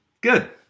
good